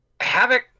Havoc